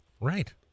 Right